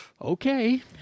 Okay